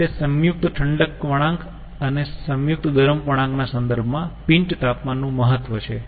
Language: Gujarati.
તેથી તે સંયુક્ત ઠંડક વળાંક અને સંયુક્ત ગરમ વળાંક ના સંદર્ભમાં પિન્ચ તાપમાન નું મહત્વ છે